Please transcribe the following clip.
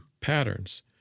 patterns